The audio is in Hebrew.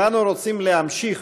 אם אנו רוצים להמשיך